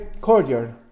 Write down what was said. courtyard